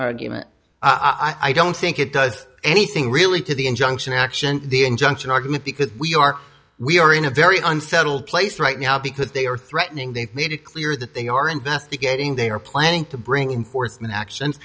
argument i don't think it does anything really to the injunction action the injunction argument because we are we are in a very unsettled place right now because they are threatening they've made it clear that they are investigating they are planning to bring in for